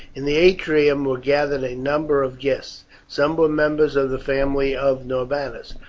in the atrium were gathered a number of guests some were members of the family of norbanus,